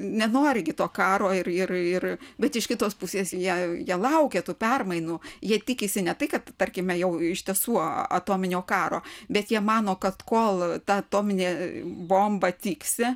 nenori gi to karo ir ir ir bet iš kitos pusės jei jie laukia tų permainų jie tikisi ne tai kad tarkime jau iš tiesų atominio karo bet jie mano kad kol ta atominė bomba tiksi